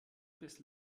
bis